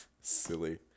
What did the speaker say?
Silly